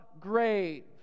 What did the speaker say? grave